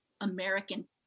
American